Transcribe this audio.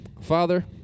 Father